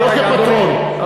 לא כפטרון.